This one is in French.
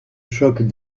choc